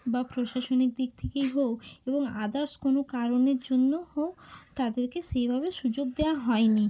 বা প্রশাসনিক দিক থেকেই হোক এবং আদার্স কোনো কারণের জন্য হোক তাদেরকে সেইভাবে সুযোগ দেওয়া হয়নি